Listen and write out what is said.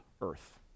earth